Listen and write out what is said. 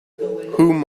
whom